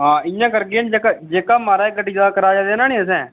हां इ'यां करगे न जेह्का जेह्का महाराज गड्डी दा कराया देना नी असें